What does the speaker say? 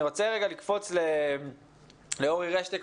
אני רוצה לרגע לקפוץ לאורי רשטיק,